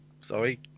sorry